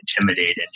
intimidated